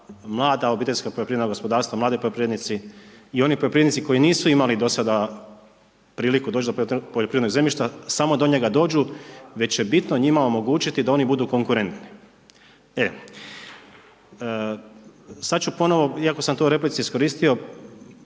jer nije dovoljno da mlada OPG, mladi poljoprivrednici i oni poljoprivrednici koji nisu imali do sada priliku doći do poljoprivrednog zemljišta, samo do njega dođu već će bitno njima omogućiti da oni budu konkurenti. E, sada ću ponovno, iako sam to u replici iskoristio,